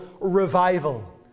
revival